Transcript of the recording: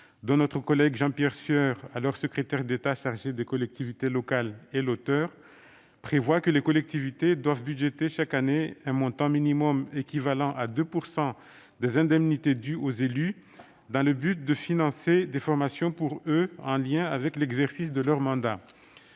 dont notre collègue, Jean-Pierre Sueur, alors secrétaire d'État chargé des collectivités locales, est l'auteur, prévoit que les collectivités doivent budgéter chaque année un montant minimum équivalant à 2 % des indemnités dues aux élus, dans le but de financer des formations pour eux en lien avec l'exercice de leur mandat.